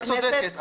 את צודקת.